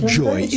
joy